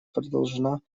продолжена